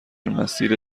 مسیر